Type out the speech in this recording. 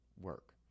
work